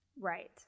Right